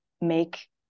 make